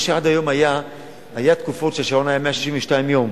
עד היום היו פעמים שהשעון היה 162 יום